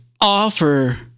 offer